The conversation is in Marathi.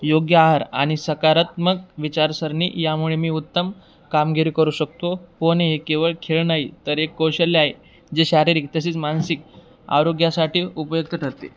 योग्य आहार आणि सकारात्मक विचारसरणी यामुळे मी उत्तम कामगिरी करू शकतो पोहणे हे केवळ खेळ नाही तर एक कौशल्य आहे जे शारीरिक तसेच मानसिक आरोग्यासाठी उपयुक्त ठरते